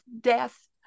death